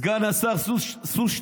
סגן השר שוסטר,